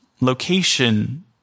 location